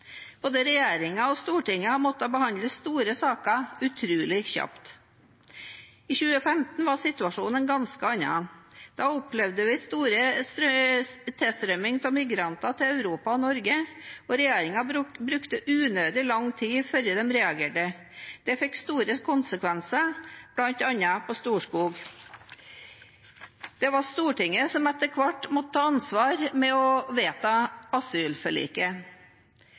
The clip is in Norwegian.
Både regjeringen og Stortinget har måttet behandle store saker utrolig kjapt. I 2015 var situasjonen en ganske annen. Da opplevde vi stor tilstrømming av migranter til Europa og Norge, og regjeringen brukte unødig lang tid før den reagerte. Det fikk store konsekvenser på bl.a. Storskog. Det var Stortinget som etter hvert måtte ta ansvar ved å vedta asylforliket.